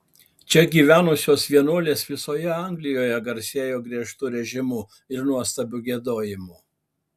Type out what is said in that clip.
čia gyvenusios vienuolės visoje anglijoje garsėjo griežtu režimu ir nuostabiu giedojimu